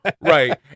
Right